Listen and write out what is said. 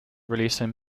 releasing